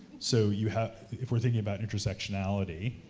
so you have, if we're thinking about intersectionality,